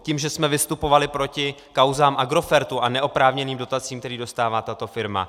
Tím, že jsme vystupovali proti kauzám Agrofertu a neoprávněným dotacím, které dostává tato firma.